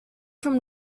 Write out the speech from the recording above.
from